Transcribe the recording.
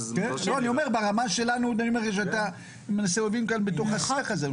כן, אנחנו מסתובבים כאן בתוך השיח הזה.